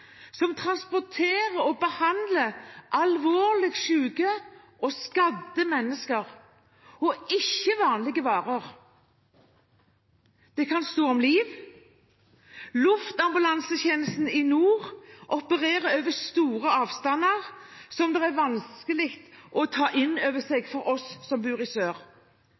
som transporterer og behandler alvorlig syke og skadde mennesker, og ikke vanlige varer. Det kan stå om liv. Luftambulansetjenesten i nord opererer over store avstander som det er vanskelig å ta inn over seg for oss som bor i sør.